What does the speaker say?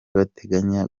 bateganya